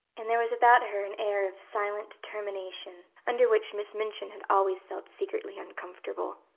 and there was about her an air of silent determination under which miss minchin had always felt secretly uncomfortable.